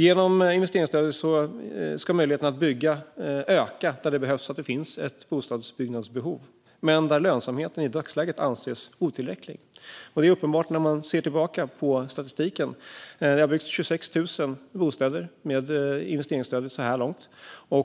Genom investeringsstödet ska möjligheten att bygga öka där det finns ett bostadsbyggnadsbehov men där lönsamheten i dagsläget anses otillräcklig. Att det är så blir uppenbart när man ser tillbaka på statistiken. Det har byggts 26 000 bostäder med investeringsstödet så här långt.